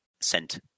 sent